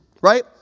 Right